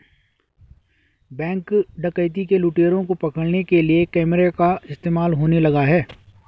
Bank डकैती के लुटेरों को पकड़ने के लिए कैमरा का इस्तेमाल होने लगा है?